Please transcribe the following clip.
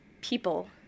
people